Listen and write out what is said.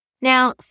Now